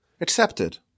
accepted